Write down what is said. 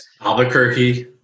Albuquerque